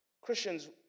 Christians